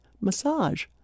massage